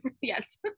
yes